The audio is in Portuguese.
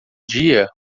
dia